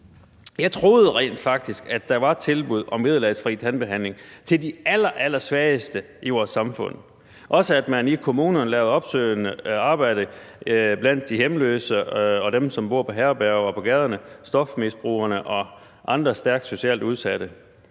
Jeg troede rent faktisk, at der var tilbud om vederlagsfri tandbehandling til de allerallersvageste i vores samfund og også, at man i kommunerne lavede opsøgende arbejde blandt de hjemløse og dem, som bor på herberger og på gaderne, stofmisbrugerne og andre stærkt socialt udsatte.